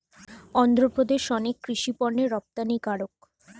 অন্ধ্রপ্রদেশ অনেক কৃষি পণ্যের রপ্তানিকারক